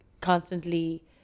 constantly